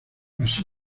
así